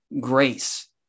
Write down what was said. grace